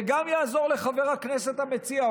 זה גם יעזור לחבר הכנסת המציע,